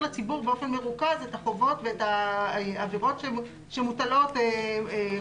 לציבור באופן מרוכז את החובות שמוטלות עליו.